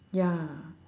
ya